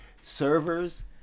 servers